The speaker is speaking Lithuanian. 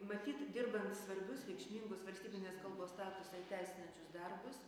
matyt dirbant svarbius reikšmingus valstybinės kalbos statusą įteisinančius darbus